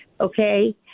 okay